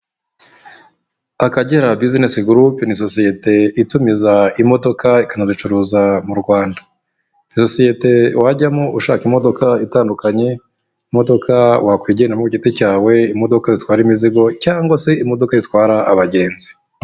Akagera bizinesi gurupu ni sosiyete itumiza imodoka ikanazicuruza mu Rwanda. Sosiyete wajyamo ushaka imodoka itandukanye, imodoka wakwigendademo giti cyawe, imodoka zitwara imizigo cyangwa se imodoka itwara abagenzi.